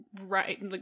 right